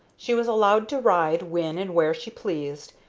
she was allowed to ride when and where she pleased,